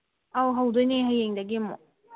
ꯑꯧ ꯍꯧꯗꯣꯏꯅꯦ ꯍꯌꯦꯡꯗꯒꯤ ꯑꯃꯨꯛ